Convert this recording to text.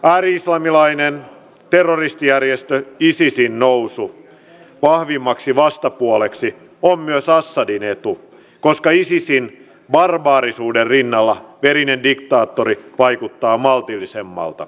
ääri islamilaisen terrorijärjestö isisin nousu vahvimmaksi vastapuoleksi on myös assadin etu koska isisin barbaarisuuden rinnalla verinen diktaattori vaikuttaa maltillisemmalta